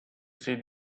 see